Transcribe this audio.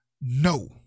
No